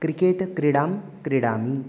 cricket क्रीडां क्रीडामि